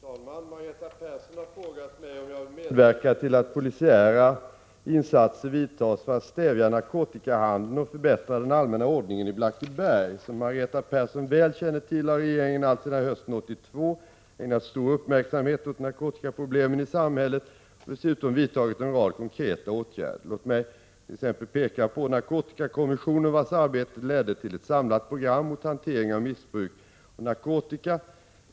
Herr talman! Margareta Persson har frågat mig om jag vill medverka till att polisiära insatser vidtas för att stävja narkotikahandeln och förbättra den allmänna ordningen i Blackeberg. Som Margareta Persson väl känner till har regeringen alltsedan hösten 1982 ägnat stor uppmärksamhet åt narkotikaproblemen i samhället och dessutom vidtagit en rad konkreta åtgärder. Låt mig t.ex. peka på narkotikakommissionen, vars arbete ledde till ett samlat program mot hantering och missbruk av narkotika.